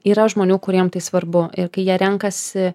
yra žmonių kuriem tai svarbu ir kai jie renkasi